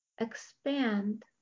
Expand